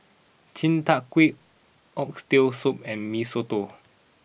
Chi Kak Kuih Oxtail Soup and Mee Soto